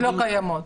שלא קיימות.